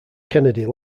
kennedy